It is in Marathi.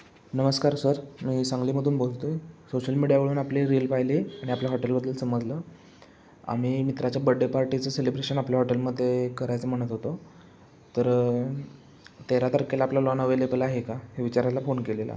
नमस्कार सर मी सांगलीमधून बोलतो आहे सोशल मीडियावरून आपली रील पाहिले आणि आपल्या हॉटेलबद्दल समजलं आम्ही मित्राच्या बड्डे पार्टीचं सेलिब्रेशन आपल्या हॉटेलमध्ये करायचं म्हणत होतो तर तेरा तारखेला आपलं लॉन अवेलेबल आहे का हे विचारायला फोन केलेला